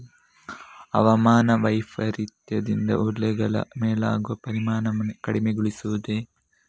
ಹವಾಮಾನ ವೈಪರೀತ್ಯದಿಂದಾಗಿ ಬೆಳೆಗಳ ಮೇಲಾಗುವ ಪರಿಣಾಮವನ್ನು ಕಡಿಮೆಗೊಳಿಸಬಹುದೇ?